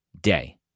day